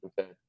okay